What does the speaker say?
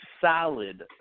solid